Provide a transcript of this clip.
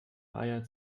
eier